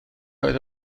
oedd